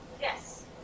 Yes